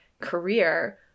career